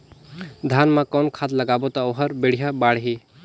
धान मा कौन खाद लगाबो ता ओहार बेडिया बाणही?